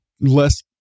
less